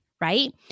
right